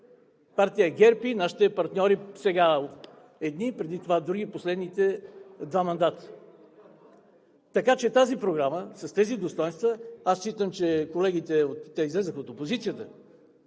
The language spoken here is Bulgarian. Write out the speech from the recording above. партия ГЕРБ и нашите партньори сега, преди това други в последните два мандата. Така че тази програма с тези достойнства – аз считам, че колегите от опозицията